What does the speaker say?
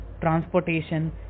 transportation